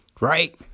right